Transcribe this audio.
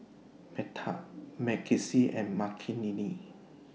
Medha and Makineni